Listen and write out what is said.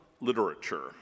literature